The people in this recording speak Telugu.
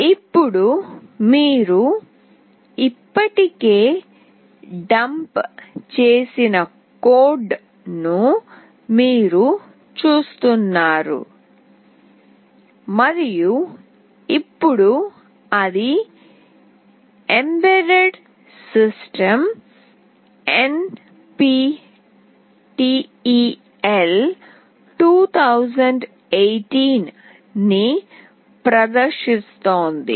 ఇప్పుడు మీరు ఇప్పటికే డంప్ చేసిన కోడ్ ను మీరు చూస్తున్నారు మరియు ఇప్పుడు అది "ఎంబెడెడ్ సిస్టమ్ NPTEL 2018" ని ప్రదర్శిస్తోంది